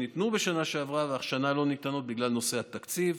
שניתנו בשנה שעברה והשנה לא ניתנות בגלל נושא התקציב,